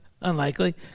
Unlikely